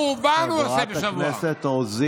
חורבן הוא עשה בשבוע.